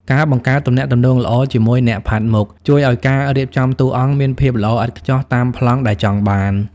ការបង្កើតទំនាក់ទំនងល្អជាមួយអ្នកផាត់មុខ ជួយឱ្យការរៀបចំតួអង្គមានភាពល្អឥតខ្ចោះតាមប្លង់ដែលចង់បាន។